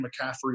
McCaffrey